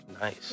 Nice